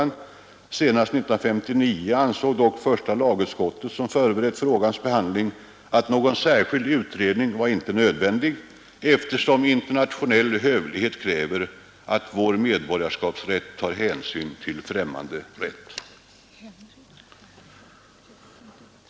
Senast 1959 ansåg dock första lagutskottet, som förberett frågans behandling, att någon särskild utredning icke var behövlig eftersom internationell hövlighet kräver, att vår medborgarskapsrätt tar hänsyn till främmande rätt.